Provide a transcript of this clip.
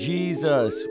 Jesus